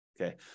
Okay